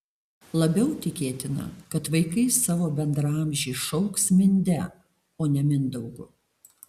labiau tikėtina kad vaikai savo bendraamžį šauks minde o ne mindaugu